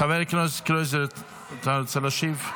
חבר הכנסת, אתה רוצה להשיב?